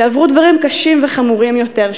שעברו דברים קשים וחמורים יותר,